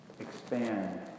expand